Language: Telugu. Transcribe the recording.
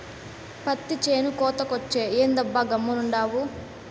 పత్తి చేను కోతకొచ్చే, ఏందబ్బా గమ్మునుండావు